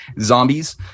zombies